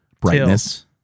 brightness